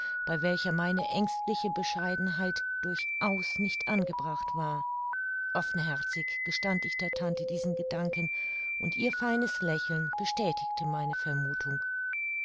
bei welcher meine ängstliche bescheidenheit durchaus nicht angebracht war offenherzig gestand ich der tante diesen gedanken und ihr feines lächeln bestätigte meine vermuthung